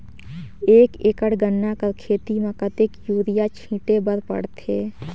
एक एकड़ गन्ना कर खेती म कतेक युरिया छिंटे बर पड़थे?